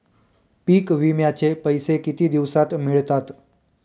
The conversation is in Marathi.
पीक विम्याचे पैसे किती दिवसात मिळतात?